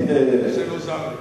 זה מוזר לי.